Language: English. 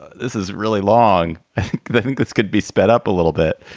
this is really long. i think think this could be sped up a little bit.